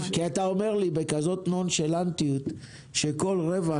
כי אתה אומר לי בכזאת נון-שלנטיות שכל רווח